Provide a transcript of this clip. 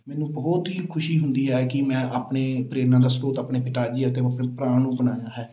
ਮੈਨੂੰ ਬਹੁਤ ਹੀ ਖੁਸ਼ੀ ਹੁੰਦੀ ਹੈ ਕਿ ਮੈਂ ਆਪਣੇ ਪ੍ਰੇਰਨਾ ਦਾ ਸਰੋਤ ਆਪਣੇ ਪਿਤਾ ਜੀ ਅਤੇ ਮੈਂ ਆਪਣੇ ਭਰਾ ਨੂੰ ਬਣਾਇਆ ਹੈ